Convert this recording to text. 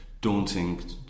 daunting